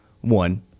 one